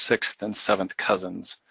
sixth and seventh cousins.